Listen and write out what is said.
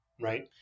Right